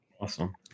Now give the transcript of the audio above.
Awesome